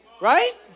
right